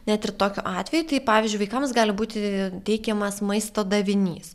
net ir tokiu atveju tai pavyzdžiui vaikams gali būti teikiamas maisto davinys